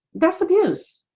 dress abuse